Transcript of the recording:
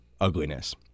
ugliness